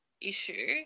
issue